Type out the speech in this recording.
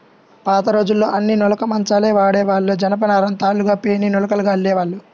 పాతరోజుల్లో అన్నీ నులక మంచాలే వాడేవాళ్ళు, జనపనారను తాళ్ళుగా పేని నులకగా అల్లేవాళ్ళు